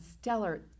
stellar